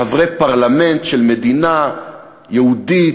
כחברי הפרלמנט של מדינה יהודית,